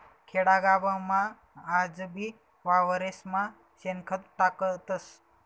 खेडागावमा आजबी वावरेस्मा शेणखत टाकतस